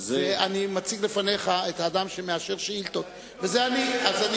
אני מציג לפניך את האדם שמאשר שאילתות, וזה אני.